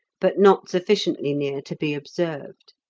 but not sufficiently near to be observed.